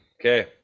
okay